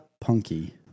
Punky